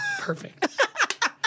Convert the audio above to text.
perfect